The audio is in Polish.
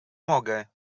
mogę